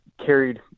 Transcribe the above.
carried